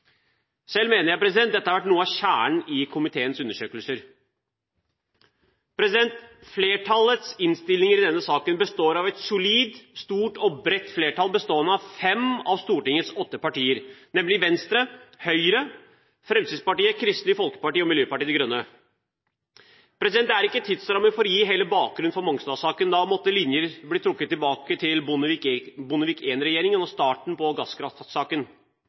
Selv mener jeg dette har vært noe av kjernen i komiteens undersøkelser. Flertallets merknader i denne saken er fra et solid, stort og bredt flertall bestående av fem av Stortingets åtte partier, nemlig Venstre, Høyre, Fremskrittspartiet, Kristelig Folkeparti og Miljøpartiet De Grønne. Det er ikke tidsramme for å gi hele bakgrunnen for Mongstad-saken. Da måtte linjer blitt trukket tilbake til Bondevik I-regjeringen og starten på gasskraftsaken.